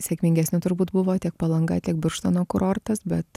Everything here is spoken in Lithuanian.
sėkmingesni turbūt buvo tiek palanga tiek birštono kurortas bet